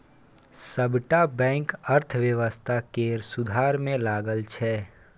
सबटा बैंक अर्थव्यवस्था केर सुधार मे लगल छै